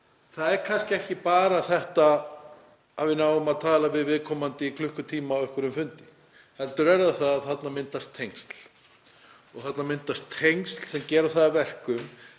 það er kannski ekki bara það að við náum að tala við viðkomandi í klukkutíma á einhverjum fundi heldur að þarna myndast tengsl. Það myndast tengsl sem gera það að verkum